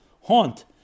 haunt